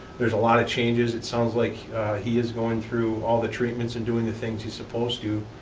there's a lot of changes, it sounds like he is going through all the treatments and doing the things he's supposed to.